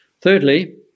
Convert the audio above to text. Thirdly